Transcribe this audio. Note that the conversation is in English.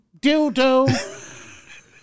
dildo